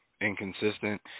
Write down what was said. inconsistent